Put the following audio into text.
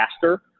faster